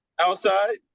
outside